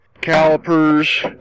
calipers